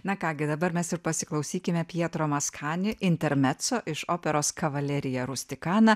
na ką gi dabar mes ir pasiklausykime pietro maskani intermezzo iš operos kavalerija rustikana